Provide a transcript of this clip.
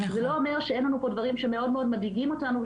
זה לא אומר שאין לנו פה דברים שמאוד מאוד מדאיגים אותנו,